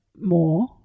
more